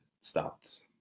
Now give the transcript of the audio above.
stopped